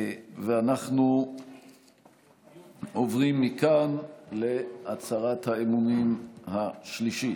ואנחנו עוברים מכאן להצהרת האמונים השלישית.